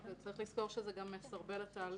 צריך לזכור שזה גם מסרבל את התהליך.